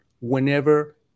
whenever